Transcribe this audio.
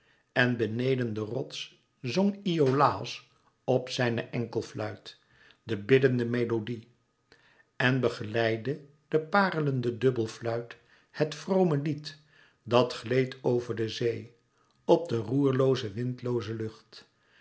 en beneden den rots zong iolàos op zijne enkelfluit de biddende melodie en begeleidde de parelende dubbelfluit het vrome lied dat gleed over de zee op de roerelooze windlooze lucht